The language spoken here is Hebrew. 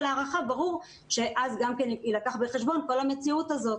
הערכה ברור שאז יילקח בחשבון כל המציאות הזאת